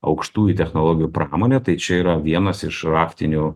aukštųjų technologijų pramonę tai čia yra vienas iš raktinių